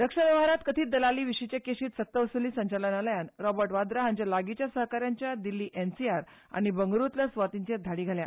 रक्षा वेव्हारांत कथीत दलाली विशींचे केशी सक्त वसुली संचालनालयान रॉबर्ट वाध्रा हांच्या लागींच्या सहकाऱ्याच्या दिल्ली एनसीआर आनी बंगळुरूंतल्या सुवातींचेर धाडी घाल्या